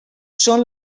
són